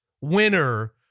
winner